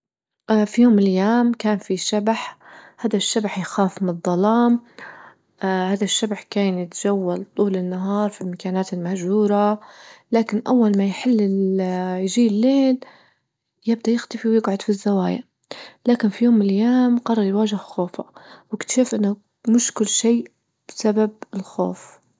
اه في يوم من الأيام كان في شبح هذا الشبح يخاصم الظلام اه هذا الشبح كان يتجول طول النهار في المكانات المهجورة لكن أول ما يحل يجيه الليل يبدأ يختفي ويجعد في الزوايا لكن في يوم من الايام قرر يواجه خوفه وأكتشف أن مش كل شي بسبب الخوف.